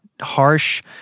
harsh